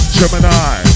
Gemini